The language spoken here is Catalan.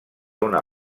una